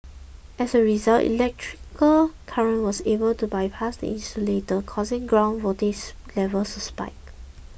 as a result electrical current was able to bypass the insulator causing ground voltage levels to spike